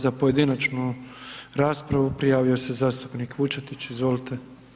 Za pojedinačnu raspravu, prijavio se zastupnik Vučetić, izvolite.